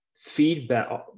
feedback